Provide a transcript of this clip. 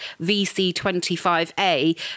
VC-25A